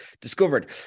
discovered